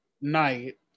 night